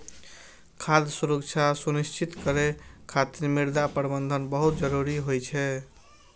खाद्य सुरक्षा सुनिश्चित करै खातिर मृदा प्रबंधन बहुत जरूरी होइ छै